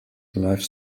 about